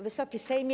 Wysoki Sejmie!